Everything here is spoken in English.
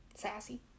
Sassy